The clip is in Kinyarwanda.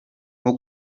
nko